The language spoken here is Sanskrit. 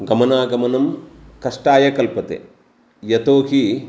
गमनागमनं कष्टाय कल्पते यतो हि